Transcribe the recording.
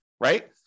right